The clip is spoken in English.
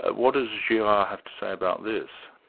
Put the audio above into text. ah what does girard have to say about this?